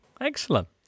Excellent